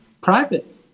Private